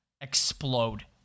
explode